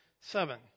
seven